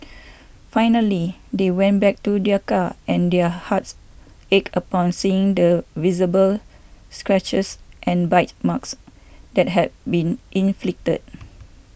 finally they went back to their car and their hearts ached upon seeing the visible scratches and bite marks that had been inflicted